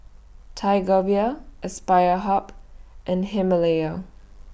Tiger Beer Aspire Hub and Himalaya